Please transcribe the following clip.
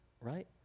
Right